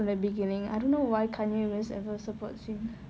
in the beginning I don't know why kanye west ever supports him